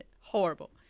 horrible